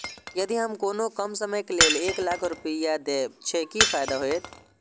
यदि हम कोनो कम समय के लेल एक लाख रुपए देब छै कि फायदा होयत?